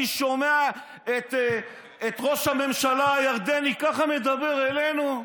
אני שומע את ראש הממשלה הירדני מדבר אלינו כך,